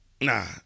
Nah